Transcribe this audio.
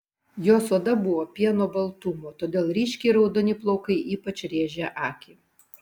jos oda buvo pieno baltumo todėl ryškiai raudoni plaukai ypač rėžė akį